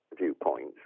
viewpoint